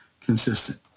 consistent